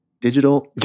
Digital